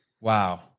Wow